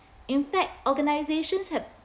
in fact organisations have